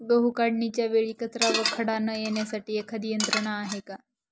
गहू काढणीच्या वेळी कचरा व खडा न येण्यासाठी एखादी यंत्रणा आहे का?